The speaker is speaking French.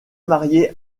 marié